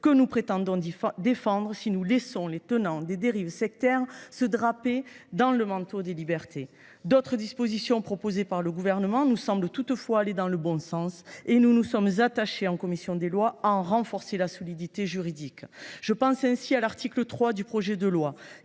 que nous prétendons défendre si nous laissions les tenants de ces dérives se draper dans le manteau des libertés. D’autres dispositions proposées par le Gouvernement nous semblent en revanche aller dans le bon sens. C’est pourquoi nous nous sommes attachés, en commission des lois, à en renforcer la solidité juridique. Je pense à l’article 3, qui vise à